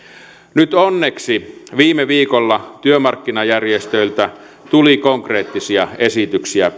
nyt onneksi viime viikolla työmarkkinajärjestöiltä tuli konkreettisia esityksiä